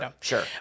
sure